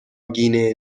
گینه